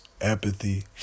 Apathy